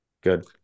Good